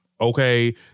Okay